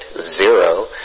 zero